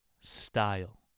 Style